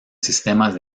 sistemas